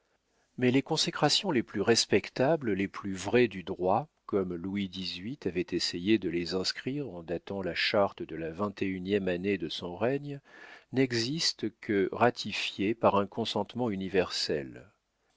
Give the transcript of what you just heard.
mais les consécrations les plus respectables les plus vraies du droit comme louis xviii avait essayé de les inscrire en datant la charte de la vingt et unième année de son règne n'existent que ratifiées par un consentement universel